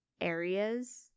areas